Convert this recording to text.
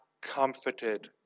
comforted